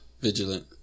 vigilant